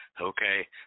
Okay